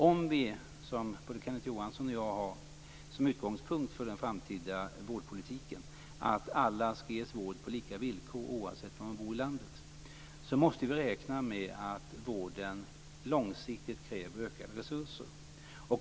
Om vi, som både Kenneth Johansson och jag har, som utgångspunkt för den framtida vårdpolitiken har att alla skall ges vård på lika villkor oavsett var de bor i landet, måste vi räkna med att vården långsiktigt kräver ökade resurser.